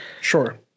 sure